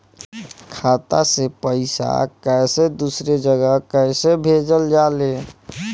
खाता से पैसा कैसे दूसरा जगह कैसे भेजल जा ले?